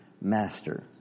master